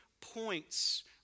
points